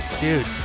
Dude